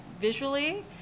visually